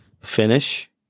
finish